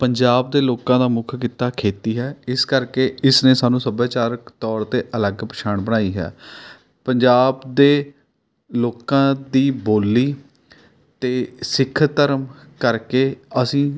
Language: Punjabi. ਪੰਜਾਬ ਦੇ ਲੋਕਾਂ ਦਾ ਮੁੱਖ ਕਿੱਤਾ ਖੇਤੀ ਹੈ ਇਸ ਕਰਕੇ ਇਸਨੇ ਸਾਨੂੰ ਸੱਭਿਆਚਕ ਤੌਰ 'ਤੇ ਅਲੱਗ ਪਛਾਣ ਬਣਾਈ ਹੈ ਪੰਜਾਬ ਦੇ ਲੋਕਾਂ ਦੀ ਬੋਲੀ ਅਤੇ ਸਿੱਖ ਧਰਮ ਕਰਕੇ ਅਸੀਂ